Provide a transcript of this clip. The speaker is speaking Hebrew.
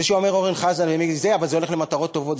זה שאומר אורן חזן: אבל זה הולך למטרות טובות,